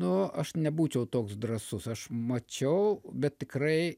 nu aš nebūčiau toks drąsus aš mačiau bet tikrai